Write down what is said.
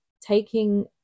taking